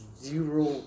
zero